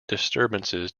disturbances